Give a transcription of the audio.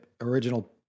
original